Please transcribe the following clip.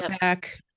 back